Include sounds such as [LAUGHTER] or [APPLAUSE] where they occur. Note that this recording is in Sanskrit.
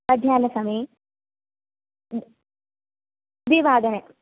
मध्यानसमये [UNINTELLIGIBLE] द्विवादने